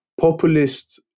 populist